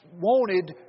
wanted